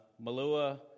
Malua